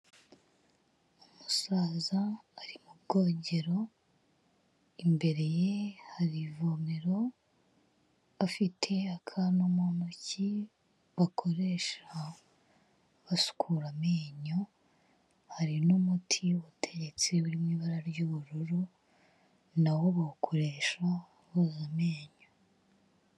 Umusaza ari mu bwogero, imbere ye hari ivomero, afite akantu mu ntoki bakoresha basukura amenyo, hari n'umuti uteretse uri mu ibara ry'ubururu, na wo bawukoreshwa boza amenyo.